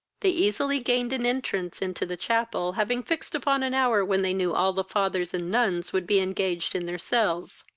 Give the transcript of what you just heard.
they easily gained an entrance into the chapel, having fixed upon an hour when they knew all the fathers and nuns would be engaged in their cells.